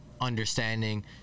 understanding